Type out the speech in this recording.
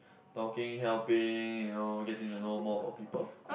talking helping you know getting to know more about people